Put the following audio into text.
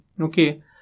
Okay